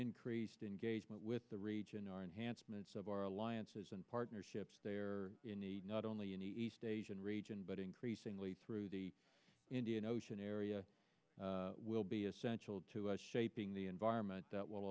increased engagement with the region our enhancements of our alliances and partnerships there not only in the east asian region but increasingly through the indian ocean area will be essential to us shaping the environment that will